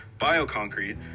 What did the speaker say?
Bioconcrete